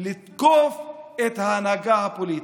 לתקוף את ההנהגה הפוליטית.